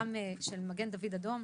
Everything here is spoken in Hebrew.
גם של מגן דוד אדום,